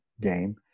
game